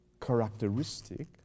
characteristic